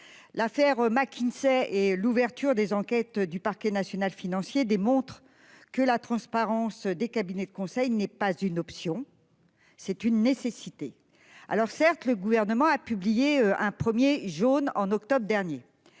L'affaire McKinsey et l'ouverture des enquêtes du parquet national financier des montres que la transparence des cabinets de conseil n'est pas une option, c'est une nécessité. Alors certes le gouvernement a publié un 1er jaune en octobre dernier.